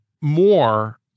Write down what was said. more